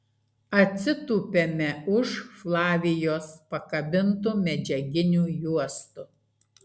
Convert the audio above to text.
atsitupiame už flavijos pakabintų medžiaginių juostų